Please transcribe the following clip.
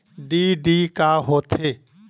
DD का होथे?